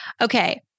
Okay